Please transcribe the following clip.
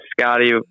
Scotty